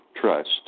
trust